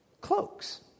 cloaks